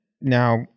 now